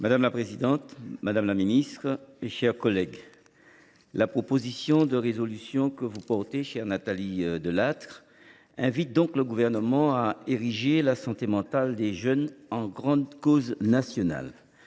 Madame la présidente, madame la ministre, mes chers collègues, la proposition de résolution de Nathalie Delattre invite donc le Gouvernement à ériger la santé mentale des jeunes en grande cause nationale.